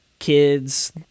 Kids